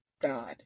God